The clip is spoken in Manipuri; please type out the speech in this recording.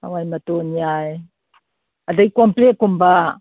ꯍꯋꯥꯏ ꯃꯇꯣꯟ ꯌꯥꯏ ꯑꯗꯒꯤ ꯀꯣꯝꯄ꯭ꯔꯦꯛ ꯀꯨꯝꯕ